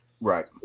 right